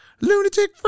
lunatic